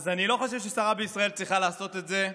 אני לא חושב ששרה בישראל צריכה לעשות את זה,